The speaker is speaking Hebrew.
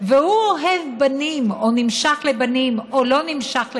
והוא אוהב בנים או נמשך לבנים או לא נמשך לבנות,